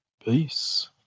peace